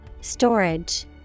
Storage